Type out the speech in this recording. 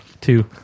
Two